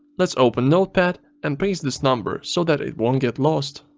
let's open notepad and paste this number so that it won't get lost.